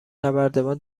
نردبان